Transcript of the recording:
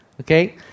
Okay